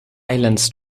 islands